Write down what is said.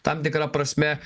tam tikra prasme